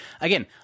Again